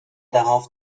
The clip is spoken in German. darauf